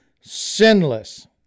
sinless